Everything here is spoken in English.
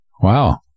Wow